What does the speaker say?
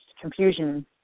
confusion